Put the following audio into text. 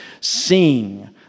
sing